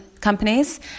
companies